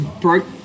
broke